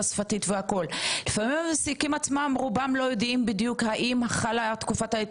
רובם לא יודעים האם חלה תקופת ההתארגנות עבור אותו עובד זר שנמצא אלצם,